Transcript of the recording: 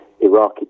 Iraqi